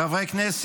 41 בעד,